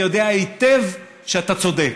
אני יודע היטב שאתה צודק.